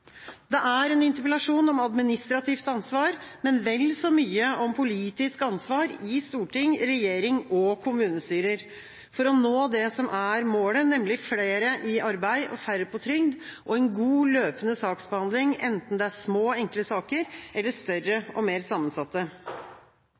Det er en interpellasjon om administrativt ansvar, men vel så mye om politisk ansvar i storting, regjering og kommunestyrer, for å nå det som er målet, nemlig flere i arbeid og færre på trygd, og en god løpende saksbehandling, enten det er små, enkle saker eller større